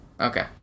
Okay